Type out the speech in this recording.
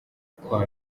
kwa